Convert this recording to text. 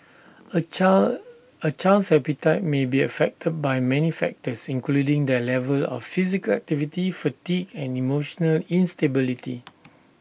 A child A child's appetite may be affected by many factors including their level of physical activity fatigue and emotional instability